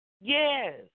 Yes